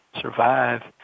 survive